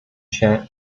się